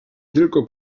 tylko